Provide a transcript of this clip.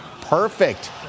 perfect